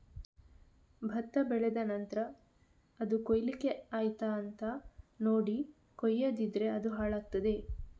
ಭತ್ತ ಬೆಳೆದ ನಂತ್ರ ಅದು ಕೊಯ್ಲಿಕ್ಕೆ ಆಯ್ತಾ ಅಂತ ನೋಡಿ ಕೊಯ್ಯದಿದ್ರೆ ಅದು ಹಾಳಾಗ್ತಾದೆ